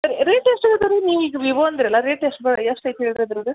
ರ್ ರೇಟ್ ಎಷ್ಟು ಹೇಳ್ದಿರಿ ನೀವು ಈಗ ವಿವೋ ಅಂದ್ರಲ ರೇಟ್ ಎಷ್ಟು ಬರಿ ಎಷ್ಟು ಐತೆ ಹೇಳಿರಿ ಅದ್ರದ್ದು